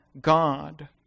God